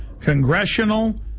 congressional